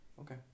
Okay